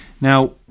now